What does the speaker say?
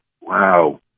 wow